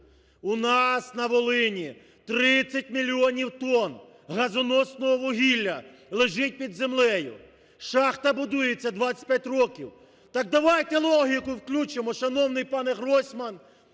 У нас на Волині 30 мільйонів тонн газоносного вугілля лежить під землею. Шахта будується 25 років. Так давайте логіку включимо, шановний пане Гройсман,